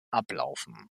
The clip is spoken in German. ablaufen